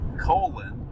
colon